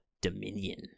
Dominion